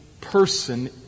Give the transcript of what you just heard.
person